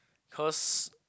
cause